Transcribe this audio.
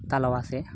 ᱛᱟᱞᱣᱟ ᱥᱮ